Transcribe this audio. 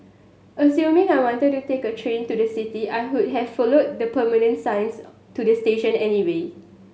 assuming I wanted to take the train to the city I could have followed permanent signs to the station anyway